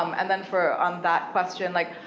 um and then for, on that question, like,